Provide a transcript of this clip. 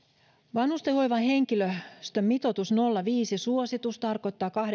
vanhustenhoivahenkilöstön suositusmitoitus nolla pilkku viisi tarkoittaa